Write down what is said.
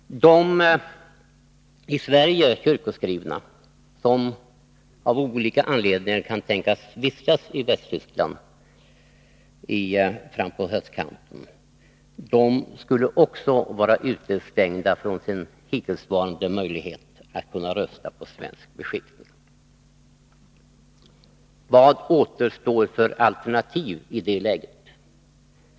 De i Sverige kyrkskrivna som av olika anledningar kan tänkas vistas i Västtyskland fram på höstkanten skulle också vara utestängda från sin hittillsvarande möjlighet att kunna rösta på svensk beskickning. Vad återstår för alternativ i det läget?